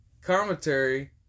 commentary